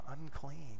unclean